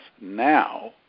now